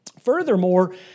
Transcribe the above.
Furthermore